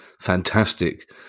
fantastic